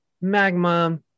magma